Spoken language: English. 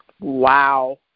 Wow